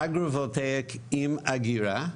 אגרו-וולטאי עם אגירה,